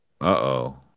Uh-oh